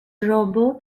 robot